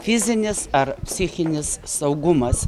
fizinis ar psichinis saugumas